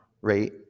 rate